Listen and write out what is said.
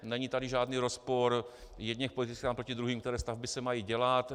Není tady žádný rozpor jedněch politických stran proti druhým, které stavby se mají dělat.